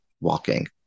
walking